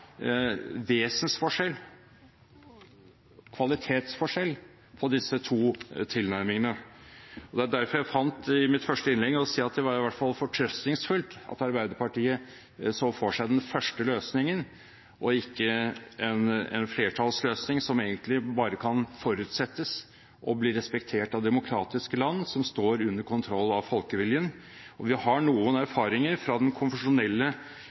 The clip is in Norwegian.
vesensforskjell, kvalitetsforskjell, på disse to tilnærmingene. Det er derfor jeg i mitt første innlegg fant grunn til å si at det var i hvert fall fortrøstningsfullt at Arbeiderpartiet så for seg den første løsningen, og ikke en flertallsløsning som egentlig bare kan forutsettes å bli respektert av demokratiske land, som står under kontroll av folkeviljen. Vi har noen erfaringer fra den